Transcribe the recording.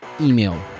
email